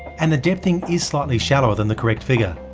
and the depthing is slightly shallower than the correct figure,